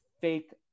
fake